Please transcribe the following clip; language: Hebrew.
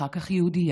אחר כך יהודייה